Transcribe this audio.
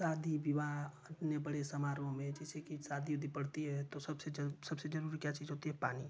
शादी विवाह अपने बड़े समारोह में जैसे कि सादी उदी पड़ती है तो सबसे जर सबसे जरूरी क्या चीज़ होती ए पानी